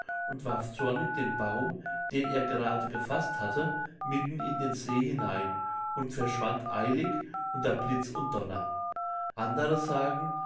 und warf zornig den baum den er gerade gefaßt hatte mitten in den see hinein und verschwand eilig unter blitz und donner andere sagen